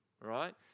right